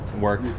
work